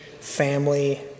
family